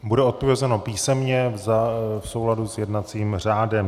Bude odpovězeno písemně v souladu s jednacím řádem.